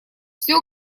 все